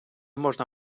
можна